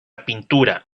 pintura